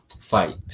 fight